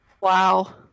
Wow